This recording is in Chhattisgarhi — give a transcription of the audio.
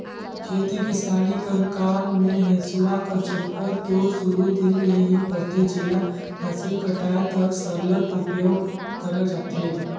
खेती किसानी कर काम मे हेसुवा कर जरूरत दो सुरू दिन ले ही परथे जेला फसिल कटाए तक सरलग उपियोग करल जाथे